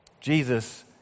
Jesus